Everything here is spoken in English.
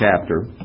chapter